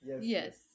yes